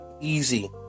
easy